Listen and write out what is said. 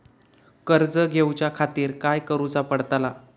कर्ज घेऊच्या खातीर काय करुचा पडतला?